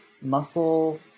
muscle